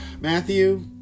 Matthew